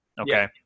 okay